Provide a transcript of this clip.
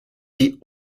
die